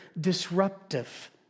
Disruptive